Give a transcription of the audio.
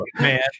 man